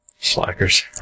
Slackers